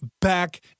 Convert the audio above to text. back